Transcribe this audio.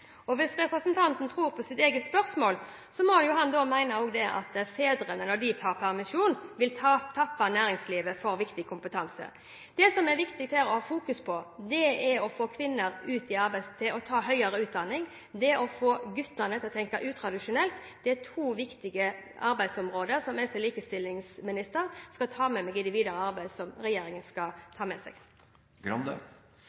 Hvis representanten tror på sitt eget spørsmål, må han også mene at fedrene, når de tar permisjon, vil tappe næringslivet for viktig kompetanse. Det som er viktig å fokusere på her, er å få kvinner ut i arbeidslivet, til å ta høyere utdanning, og å få guttene til å tenke utradisjonelt. Det er to viktige arbeidsområder jeg som likestillingsminister skal ta med meg i det videre arbeidet i regjeringen.